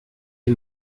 die